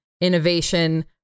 innovation